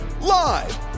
live